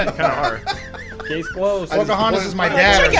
ah case closed. pocahontas was my dad,